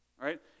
right